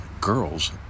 girls